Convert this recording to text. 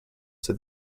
said